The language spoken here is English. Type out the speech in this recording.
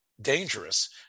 dangerous